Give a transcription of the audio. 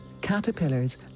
Caterpillars